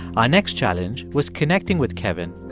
our next challenge was connecting with kevin,